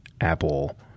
Apple